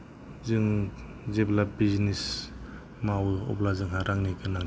जों जेब्ला बिजिनेस मावो अब्ला जोंहा रांनि गोनांथि दं